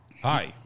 Hi